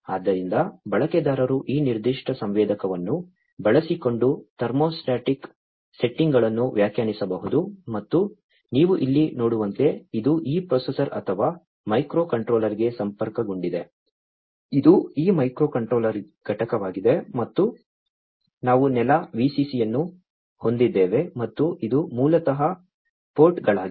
ಆದ್ದರಿಂದ ಬಳಕೆದಾರರು ಈ ನಿರ್ದಿಷ್ಟ ಸಂವೇದಕವನ್ನು ಬಳಸಿಕೊಂಡು ಥರ್ಮೋಸ್ಟಾಟಿಕ್ ಸೆಟ್ಟಿಂಗ್ಗಳನ್ನು ವ್ಯಾಖ್ಯಾನಿಸಬಹುದು ಮತ್ತು ನೀವು ಇಲ್ಲಿ ನೋಡುವಂತೆ ಇದು ಈ ಪ್ರೊಸೆಸರ್ ಅಥವಾ ಮೈಕ್ರೊಕಂಟ್ರೋಲರ್ಗೆ ಸಂಪರ್ಕಗೊಂಡಿದೆ ಇದು ಈ ಮೈಕ್ರೋಕಂಟ್ರೋಲರ್ ಘಟಕವಾಗಿದೆ ಮತ್ತು ನಾವು ನೆಲ VCC ಅನ್ನು ಹೊಂದಿದ್ದೇವೆ ಮತ್ತು ಇವು ಮೂಲತಃ ಪೋರ್ಟ್ಗಳಾಗಿವೆ